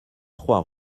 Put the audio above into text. trois